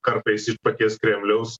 kartais iš paties kremliaus